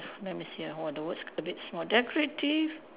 let me see ah !wah! the words a bit small decorative